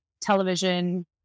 television